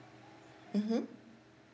mmhmm